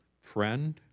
friend